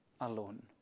alone